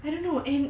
I don't know and